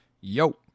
Yo